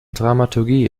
dramaturgie